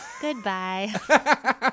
goodbye